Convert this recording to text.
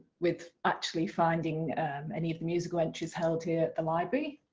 with actually finding any of the musical entries held here at the library,